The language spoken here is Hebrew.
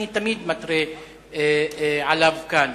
שאני תמיד מתריע עליו כאן.